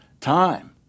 time